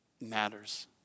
matters